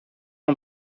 ans